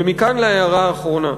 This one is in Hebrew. ומכאן להערה האחרונה.